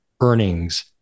earnings